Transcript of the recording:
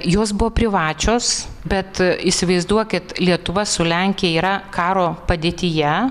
jos buvo privačios bet įsivaizduokit lietuva su lenkija yra karo padėtyje